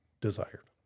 desired